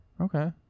Okay